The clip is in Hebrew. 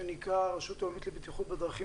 הגוף הזה שנקרא הרשות הלאומית לבטיחות בדרכים,